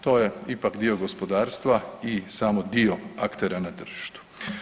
To je ipak dio gospodarstva i samo dio aktera na tržištu.